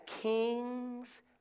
kings